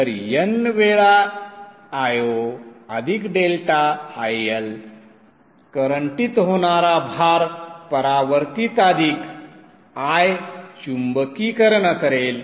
तर n वेळा Io अधिक डेल्टा IL करंटित होणारा भार परावर्तित अधिक I चुंबकीकरण करेल